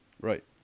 Right